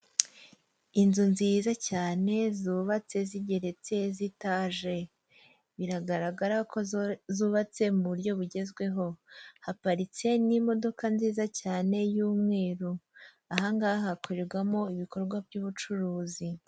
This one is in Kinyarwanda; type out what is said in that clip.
Inzu nziza cyane zubatse zigeretse z'itaje biragaragara ko zubatse mu buryo bugezweho, haparitse n'imodoka nziza cyane y'umweru ahangaha hakorerwamo ibikorwa by'ubucuruzi.